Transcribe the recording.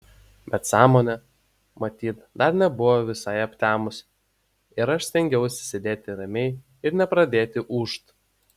bet sąmonė matyt dar nebuvo visai aptemus ir aš stengiausi sėdėti ramiai ir nepradėti ūžt